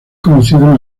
conocido